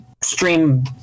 stream